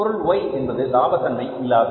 பொருள் Y என்பது லாப தன்மை இல்லாதது